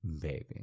Baby